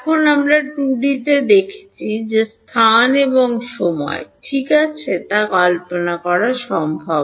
এখন আমরা 2 ডি তে দেখেছি যে স্থান এবং সময় ঠিক আছে তা কল্পনা করা সম্ভব